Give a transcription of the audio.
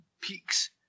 peaks